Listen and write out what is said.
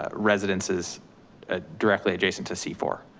ah residences ah directly adjacent to c four.